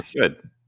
good